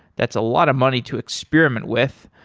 that's a lot of money to experiment with.